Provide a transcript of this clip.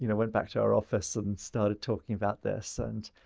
you know went back to our office and and started talking about this. and